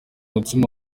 umutsima